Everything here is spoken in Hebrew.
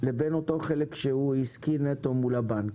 לבין אותו חלק שהוא הסכים מול לבנק?